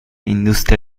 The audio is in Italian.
industrie